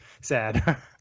sad